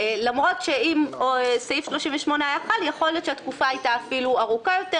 למרות שאם סעיף 38 היה חל יכול להיות שהתקופה הייתה אפילו ארוכה יותר,